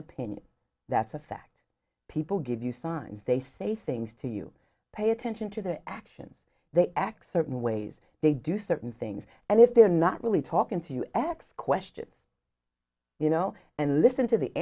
opinion that's a fact people give you signs they say things to you pay attention to their actions they act so in ways they do certain things and if they're not really talking to you x question you know and listen to the